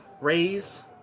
raise